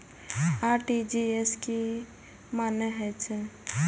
RTGS के की मानें हे छे?